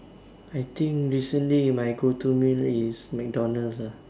I think recently my go to meal is McDonald's lah